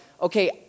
okay